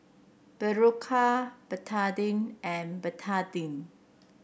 Berocca Betadine and Betadine